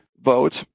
votes